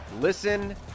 Listen